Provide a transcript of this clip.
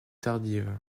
tardive